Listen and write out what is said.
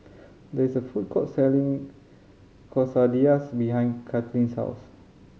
there is a food court selling Quesadillas behind Katlynn's house